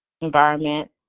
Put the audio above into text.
environment